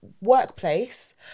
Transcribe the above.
workplace